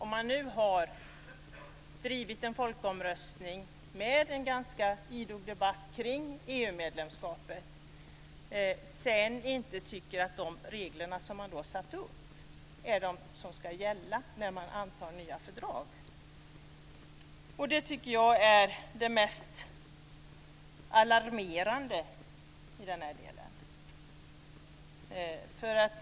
Man har drivit en folkomröstning kring EU medlemskapet med en ganska idog debatt, och sedan tycker man inte att de regler som då har satt upp ska gälla när man antar nya fördrag. Jag tycker att det är det mest alarmerande här.